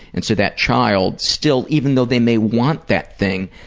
and so that child still, even though they may want that thing,